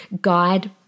guide